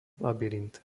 labyrint